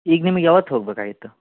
ಈಗ ನಿಮಿಗೆ ಯಾವತ್ತು ಹೋಗಬೇಕಾಗಿತ್ತು